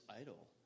idol